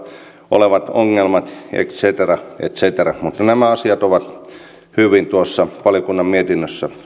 olevat ongelmat et cetera et cetera mutta nämä asiat on hyvin tuossa valiokunnan mietinnössä